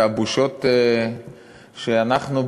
והבושות שאנחנו,